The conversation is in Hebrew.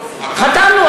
חתמנו.